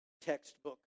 textbook